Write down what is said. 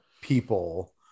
people